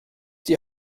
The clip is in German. die